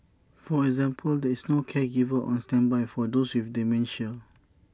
for example there is no caregiver on standby for those with dementia